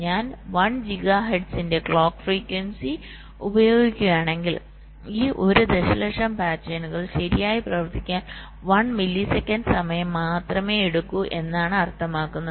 ഞാൻ 1 ജിഗാഹെർട്സിന്റെ clock frequency ഉപയോഗിക്കുകയാണെങ്കിൽ ഈ 1 ദശലക്ഷം പാറ്റേണുകൾ ശരിയായി പ്രവർത്തിക്കാൻ 1 മില്ലിസെക്കൻഡ് സമയം മാത്രമേ എടുക്കൂ എന്നാണ് അർത്ഥമാക്കുന്നത്